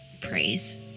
praise